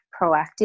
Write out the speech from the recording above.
proactive